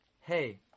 Hey